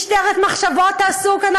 משטרת מחשבות תעשו כאן,